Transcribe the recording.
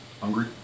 Hungry